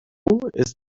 ist